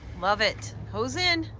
love it. hose in.